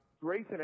Grayson